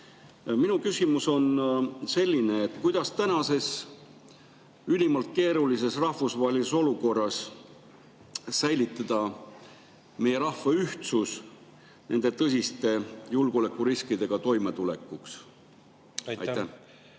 Minu küsimus on selline. Kuidas praeguses ülimalt keerulises rahvusvahelises olukorras säilitada meie rahva ühtsus nende tõsiste julgeolekuriskidega toimetulekuks? Aitäh,